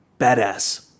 Badass